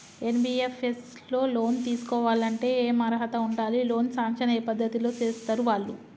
NBFS లో loan తీస్కోవాలంటే ఏం అర్హత ఉండాలి? లోన్ సాంక్షన్ ఏ పద్ధతి లో చేస్తరు వాళ్లు?